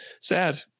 sad